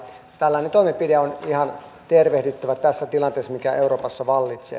tällainen toimenpide on ihan tervehdyttävä tässä tilanteessa mikä euroopassa vallitsee